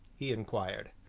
he inquired.